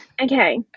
Okay